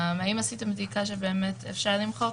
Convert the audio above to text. האם עשיתם בדיקה ובאמת אפשר למחוק?